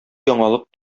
яңалык